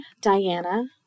Diana